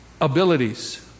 abilities